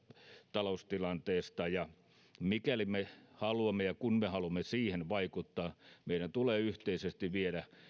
taloustilanteesta mikäli me haluamme ja kun me haluamme siihen vaikuttaa meidän tulee yhteisesti viedä